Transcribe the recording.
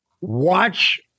watch